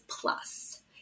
plus